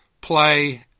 Play